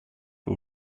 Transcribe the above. who